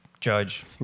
judge